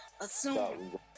assume